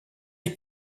est